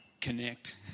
connect